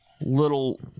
little